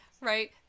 Right